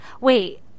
Wait